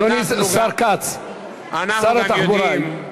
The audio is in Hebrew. אדוני השר כץ, שר התחבורה,